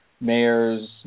mayors